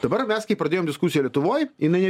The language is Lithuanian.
dabar mes kai pradėjom diskusiją lietuvoj jinai